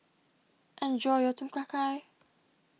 enjoy your Tom Kha Gai